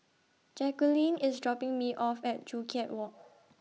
Jaqueline IS dropping Me off At Joo Chiat Walk